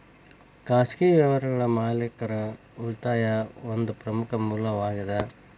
ಖಾಸಗಿ ವ್ಯವಹಾರಗಳ ಮಾಲೇಕರ ಉಳಿತಾಯಾ ಒಂದ ಪ್ರಮುಖ ಮೂಲವಾಗೇದ